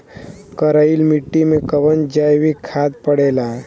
करइल मिट्टी में कवन जैविक खाद पड़ेला?